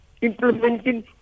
implementing